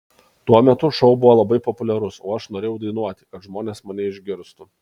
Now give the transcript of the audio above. tuo metu šou buvo labai populiarus o aš norėjau dainuoti kad žmonės mane išgirstų